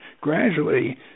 gradually